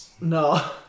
No